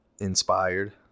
inspired